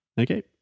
Okay